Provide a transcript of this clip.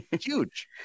Huge